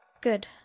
Good